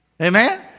Amen